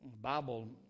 Bible